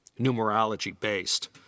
numerology-based